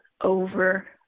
over